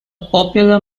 popular